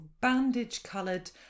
bandage-coloured